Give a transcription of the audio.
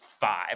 five